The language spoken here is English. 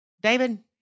David